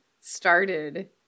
started